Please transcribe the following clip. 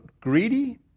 greedy